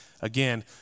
Again